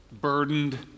burdened